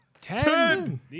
Ten